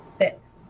Six